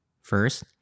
First